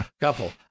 couple